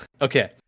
okay